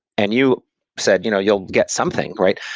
and you said you know you'll get something, right?